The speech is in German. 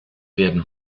werden